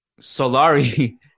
Solari